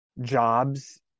jobs